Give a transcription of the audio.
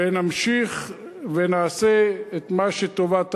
ונמשיך ונעשה את מה שהוא טובת הארץ.